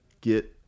get